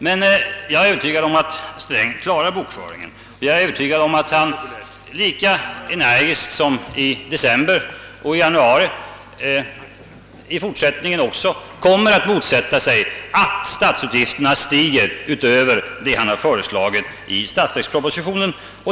Men jag är övertygad om att herr Sträng klarar bokföringen, och jag är övertygad om att han i fortsättningen lika energiskt som i december och i januari motsätter sig att statsutgifterna stiger utöver vad han föreslagit i statsverkspropositionen.